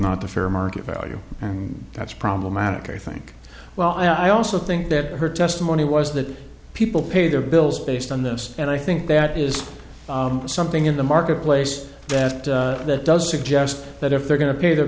not the fair market value and that's problematic i think well i also think that her testimony was that people pay their bills based on those and i think that is something in the marketplace that does suggest that if they're going to pay their